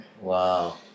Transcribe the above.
Wow